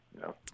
No